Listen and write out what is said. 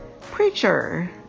Preacher